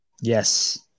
Yes